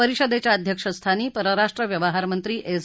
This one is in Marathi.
परिषदेच्या अध्यक्षस्थानी परराष्ट्र व्यवहारमंत्री एस